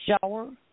shower